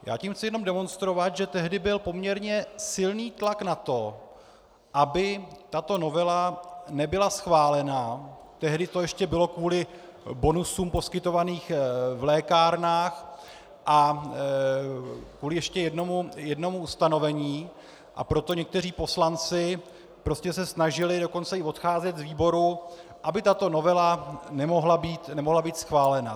Já tím chci jenom demonstrovat, že tehdy byl poměrně silný tlak na to, aby tato novela nebyla schválena, tehdy to ještě bylo kvůli bonusům poskytovaným v lékárnách a ještě kvůli jednomu ustanovení, a proto někteří poslanci prostě se snažili dokonce i odcházet z výboru, aby tato novela nemohla být schválena.